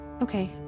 Okay